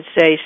say